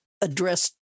addressed